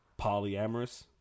polyamorous